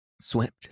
swept